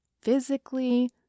Physically